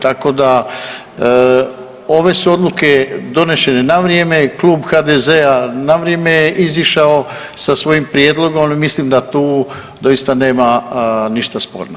Tako da, ove su odluke donešene na vrijeme i Klub HDZ-a na vrijeme je izišao sa svojim prijedlogom i mislim da tu doista nema ništa sporno.